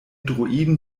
druiden